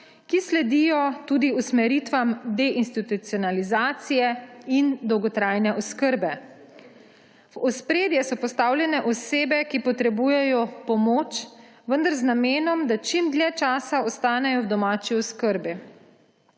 ki sledijo tudi usmeritvam deinstitucionalizacije in dolgotrajne oskrbe. V ospredje so postavljene osebe, ki potrebujejo pomoč, vendar z namenom, da čim dlje časa ostanejo v domači oskrbi.